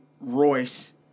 Royce